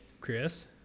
Chris